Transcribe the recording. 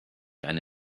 eine